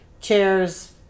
chairs